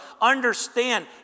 understand